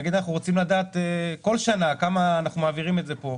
נגיד אנחנו רוצים לדעת כל שנה כמה אנחנו מעבירים את זה פה,